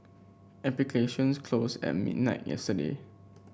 applications closed at midnight yesterday